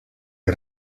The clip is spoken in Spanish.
que